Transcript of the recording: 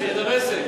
בחומס, בדמשק.